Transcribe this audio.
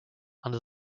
under